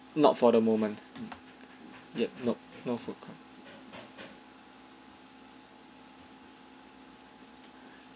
not for the moment yup nope